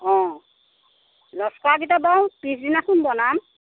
অ লস্কৰা কেইটা বাৰু পিছদিনাখন বনাম